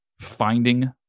finding